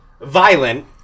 violent